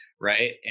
right